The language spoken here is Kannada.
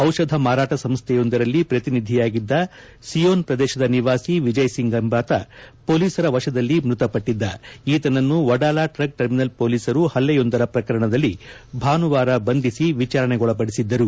ಔಷಧ ಮಾರಾಟ ಸಂಸ್ಥೆಯೊಂದರಲ್ಲಿ ಪ್ರತಿನಿಧಿಯಾಗಿದ್ದ ಸಿಯೋನ್ ಪ್ರದೇಶದ ನಿವಾಸಿ ವಿಜಯ್ ಸಿಂಗ್ ಎಂಬಾತ ಪೊಲೀಸರ ವಶದಲ್ಲಿ ಮೃತಪಟ್ಟಿದ್ದ ಈತನನ್ನು ಒಡಾಲ ಟ್ರಕ್ ಣರ್ಮಿನಲ್ ಪೊಲೀಸರು ಹಲ್ಲೆಯೊಂದರ ಪ್ರಕರಣದಲ್ಲಿ ಭಾನುವಾರ ಬಂಧಿಸಿ ವಿಚಾರಣೆಗೊಳಪಡಿಸಿದ್ದರು